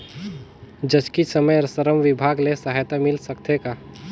जचकी समय श्रम विभाग ले सहायता मिल सकथे का?